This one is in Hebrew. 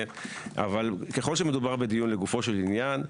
אבל ככל שמדובר בדיון לגופו של עניין,